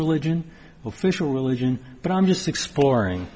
religion official religion but i'm just exploring